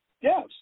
Yes